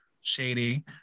Shady